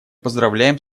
поздравляем